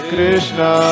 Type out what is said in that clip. Krishna